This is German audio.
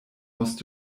musst